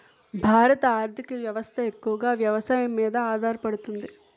భారత ఆర్థిక వ్యవస్థ ఎక్కువగా వ్యవసాయం మీద ఆధారపడుతుంది